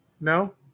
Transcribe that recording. No